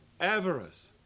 avarice